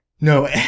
No